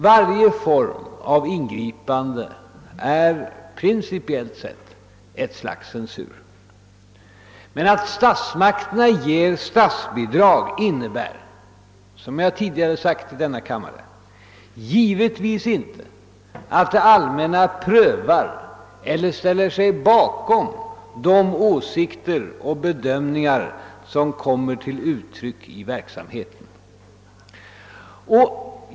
Varje form av ingripande är principiellt sett ett slags censur. Att statsmakterna ger bidrag innebär — det har jag också sagt tidigare i denna kammare — givetvis inte att det allmänna prövar eller ställer sig bakom de åsikter och bedömningar som kommer till uttryck i verksamheten.